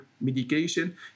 medication